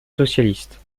socialistes